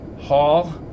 Hall